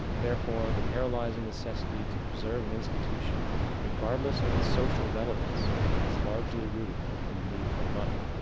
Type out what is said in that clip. therefore, the paralyzing necessity to preserve an institution regardless of it's social relevance is largely rooted in the need for money,